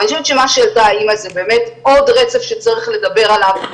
אבל אני חושבת שמה שהעלתה האמא זה באמת עוד רצף שצריך לדבר עליו,